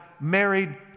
married